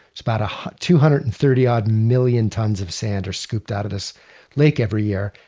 it's about ah two hundred and thirty odd million tons of sand are scooped out of this lake every year.